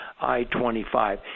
I-25